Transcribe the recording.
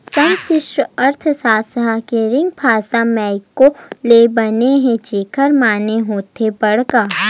समस्टि अर्थसास्त्र ह ग्रीक भासा मेंक्रो ले बने हे जेखर माने होथे बड़का